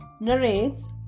narrates